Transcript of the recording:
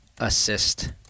assist